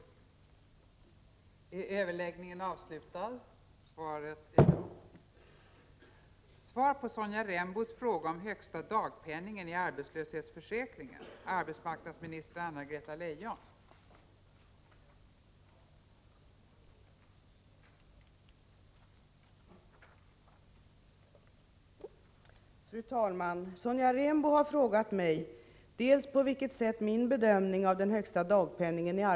CRAE tarbetslöshetsförsäkringen